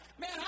man